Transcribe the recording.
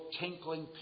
tinkling